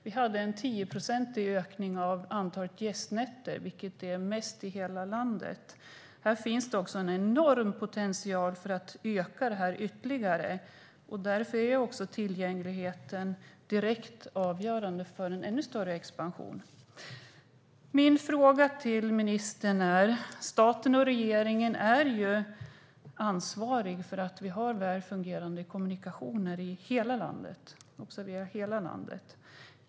Vi hade en tioprocentig ökning av antalet gästnätter, vilket är mest i hela landet. Det finns en enorm potential att öka detta ytterligare, och då är tillgängligheten direkt avgörande för en ännu större expansion. Regeringen är ansvarig för att vi har väl fungerande kommunikationer i hela landet.